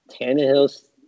Tannehill's